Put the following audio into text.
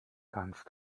kannst